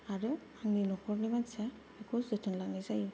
आरो आंनि न'खरनि मानसिया बेखौ जोथोन लानाय जायो